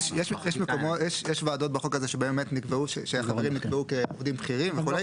יש ועדות בחוק הזה שבהן החברים נקבעו כעובדים בכירים וכו'.